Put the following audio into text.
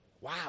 wow